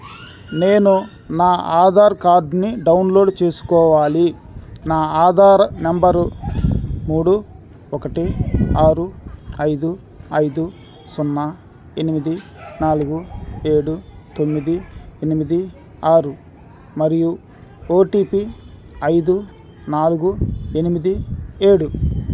నేను నా ఆధార్ కార్డ్ని డౌన్లోడ్ చేసుకోవాలి నా ఆధార్ నెంబరు మూడు ఒకటి ఆరు ఐదు ఐదు సున్నా ఎనిమిది నాలుగు ఏడు తొమ్మిది ఎనిమిది ఆరు మరియు ఓ టీ పీ ఐదు నాలుగు ఎనిమిది ఏడు